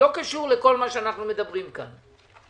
לא קשור לכל מה שאנחנו מדברים כאן.